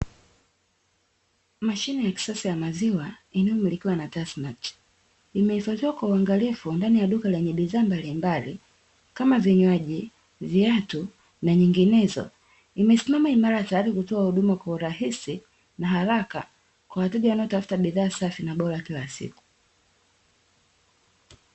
Mashine ya kisasa ya maziwa inayomilikiwa na 'TASSMATT' imehifadhiwa kwa uangalifu ndani ya duka lenye bidhaa mbalimbali kama vinywaji, viatu na nyinginezo. Imesimama imara tayari kutoa huduma kwa urahisi, na haraka kwa wateja wanaotafuta bidhaa safi na bora kila siku.